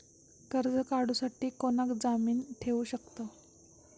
कर्ज काढूसाठी कोणाक जामीन ठेवू शकतव?